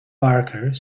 barker